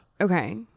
Okay